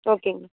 ஓகேங்க